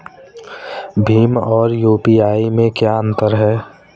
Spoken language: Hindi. भीम और यू.पी.आई में क्या अंतर है?